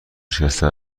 شکسته